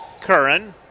Curran